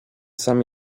sam